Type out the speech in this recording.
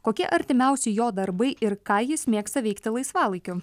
kokie artimiausi jo darbai ir ką jis mėgsta veikti laisvalaikiu